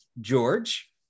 George